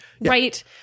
right